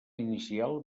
inicial